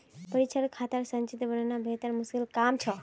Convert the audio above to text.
परीक्षात खातार संचित्र बनाना बेहद मुश्किल काम छ